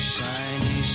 Shiny